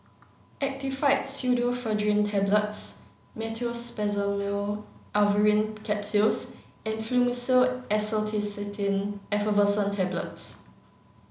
Actifed Pseudoephedrine Tablets Meteospasmyl Alverine Capsules and Fluimucil Acetylcysteine Effervescent Tablets